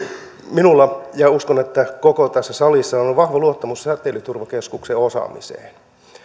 minulla ja uskon että koko tässä salissa on vahva luottamus säteilyturvakeskuksen osaamiseen